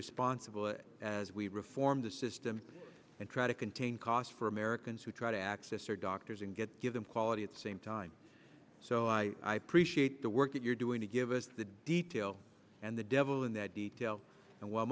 responsible as we reform the system and try to contain costs for americans who try to access their doctors and get give them quality at same time so i appreciate the work that you're doing to give us the detail and the devil in that detail and w